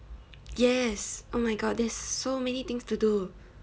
yes oh my god there's so many things to do